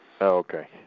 Okay